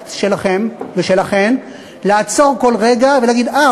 הפוליטיקלי-קורקט שלכם ושלכן לעצור כל רגע ולהגיד: אה,